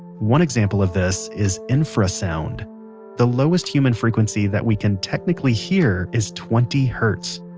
one example of this is infrasound the lowest human frequency that we can technically hear is twenty hertz.